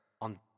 on